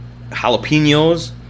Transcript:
jalapenos